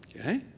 Okay